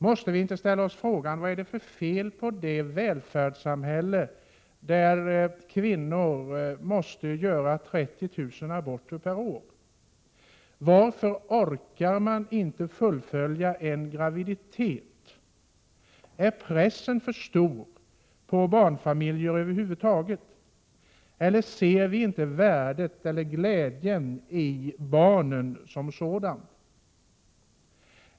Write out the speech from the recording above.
Måste vi inte ställa oss frågan vad det är för fel på det välfärdssamhälle där kvinnor måste göra 30 000 aborter per år? Varför orkar man inte fullfölja en graviditet? Är pressen för stor på barnfamiljer över huvud taget, eller ser vi inte värdet och glädjen i barnen?